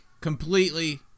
completely